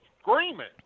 screaming